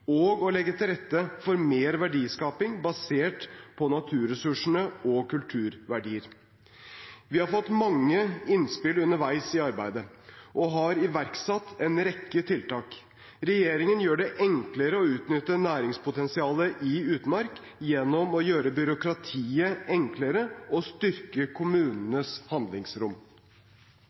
og å legge til rette for mer verdiskaping basert på naturressursene og kulturverdier. Vi har fått mange innspill underveis i arbeidet og har iverksatt en rekke tiltak. Regjeringen gjør det enklere å utnytte næringspotensialet i utmark gjennom å gjøre byråkratiet enklere og styrke kommunenes handlingsrom.